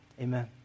Amen